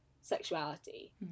sexuality